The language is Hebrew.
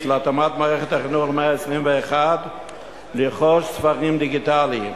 להתאמת מערכת החינוך למאה ה-21 לרכוש ספרים דיגיטליים,